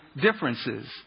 differences